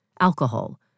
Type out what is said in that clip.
alcohol